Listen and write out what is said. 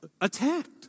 attacked